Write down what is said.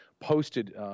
posted